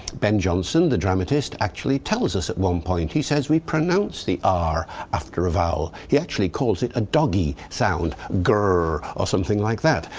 ben jonson, the dramatist, actually tells us at one point. he says we pronounce the r after a vowel, he actually calls it a doggy sound, gurr, or something like that.